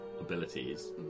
abilities